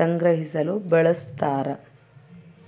ಸಂಗ್ರಹಿಸಲು ಬಳಸ್ತಾರ